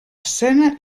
escena